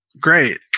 great